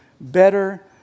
better